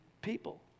people